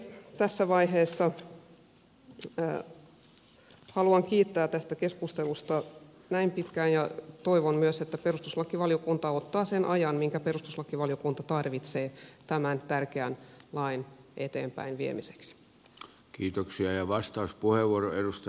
tässä vaiheessa haluan kiittää tähänastisesta keskustelusta ja toivon myös että perustuslakivaliokunta ottaa sen ajan minkä perustuslakivaliokunta tarvitsee tämän tärkeän lain eteenpäinviemiseksi